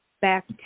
back